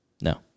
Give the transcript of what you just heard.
No